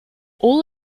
all